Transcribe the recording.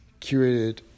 curated